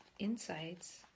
insights